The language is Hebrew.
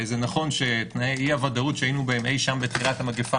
נכון שתנאי אי-הוודאות שהיינו שם אי שם בתחילת המגפה,